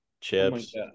chips